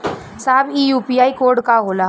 साहब इ UPI code का होला?